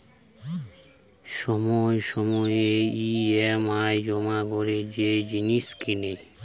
সময়ে সময়ে ই.এম.আই জমা করে যে জিনিস কেনে